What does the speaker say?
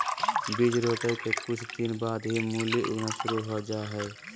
बीज रोपय के कुछ दिन बाद ही मूली उगना शुरू हो जा हय